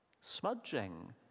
Smudging